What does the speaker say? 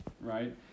right